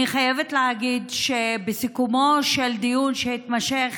אני חייבת להגיד שבסיכומו של דיון שהתמשך